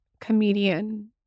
comedian